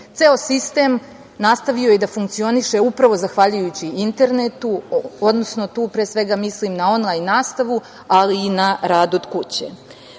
Ceo sistem nastavio je i da funkcioniše upravo zahvaljujući internetu, odnosno tu pre svega mislim na onlajn nastavu, ali i na rad od